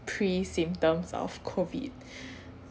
pre symptoms of COVID